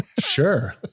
Sure